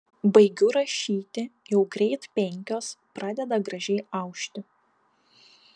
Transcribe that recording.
baigiu rašyti jau greit penkios pradeda gražiai aušti